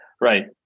right